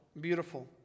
beautiful